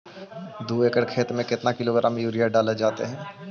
दू एकड़ खेत में कितने किलोग्राम यूरिया डाले जाते हैं?